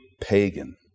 pagan